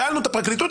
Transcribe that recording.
שאלנו את הפרקליטות,